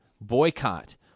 boycott